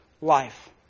life